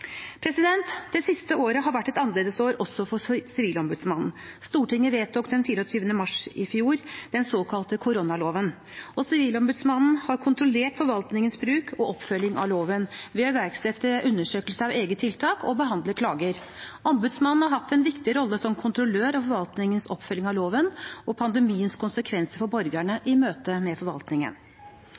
Det siste året har vært et annerledesår også for Sivilombudsmannen. Stortinget vedtok den 24. mars i fjor den såkalte koronaloven, og Sivilombudsmannen har kontrollert forvaltningens bruk og oppfølging av loven ved å iverksette undersøkelser av eget tiltak og behandle klager. Ombudsmannen har hatt en viktig rolle som kontrollør av forvaltningens oppfølging av loven og pandemiens konsekvenser for borgerne i møte med forvaltningen.